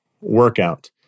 workout